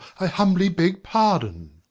i humbly beg pardon.